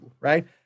right